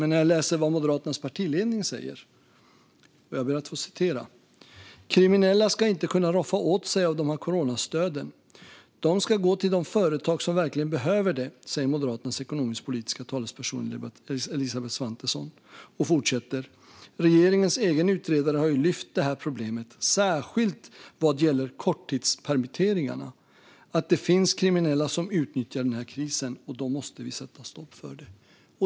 Men jag läser vad Moderaternas partiledning säger: "Kriminella ska inte kunna roffa åt sig av de här coronastöden. Det ska gå till de företag som verkligen behöver det, säger Moderaternas ekonomisk-politiska talesperson Elisabeth Svantesson." Hon fortsätter: "Regeringens egen utredare har ju lyft det här problemet, särskilt vad gäller korttidspermitteringarna, att det finns kriminella som utnyttjar den här krisen, och då måste vi sätta stopp för det."